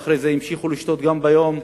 ואחרי זה המשיכו לשתות גם ביום,